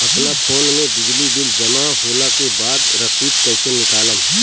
अपना फोन मे बिजली बिल जमा होला के बाद रसीद कैसे निकालम?